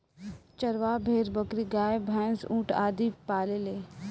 चरवाह भेड़, बकरी, गाय, भैन्स, ऊंट आदि पालेले